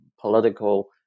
political